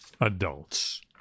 adults